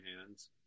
hands